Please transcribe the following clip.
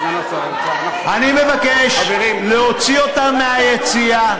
אני מבקש להוציא אותה מהיציע.